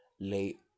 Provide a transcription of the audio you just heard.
Late